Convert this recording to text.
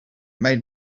made